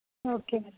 okay మరి